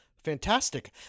Fantastic